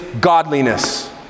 godliness